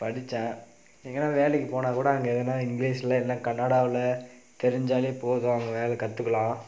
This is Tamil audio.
படித்தேன் எங்கேன்னா வேலைக்கு போனால் கூட அங்கே எதுனால் இங்கிலீஷ்சில் எல்லாம் கன்னடாவில் தெரிஞ்சாலே போதும் அங்கே வேலை கற்றுக்கலாம்